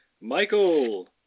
Michael